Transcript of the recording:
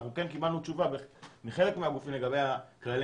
אנחנו כן קיבלנו תשובה מחלק מהגופים לגבי כללי